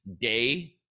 day